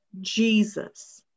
Jesus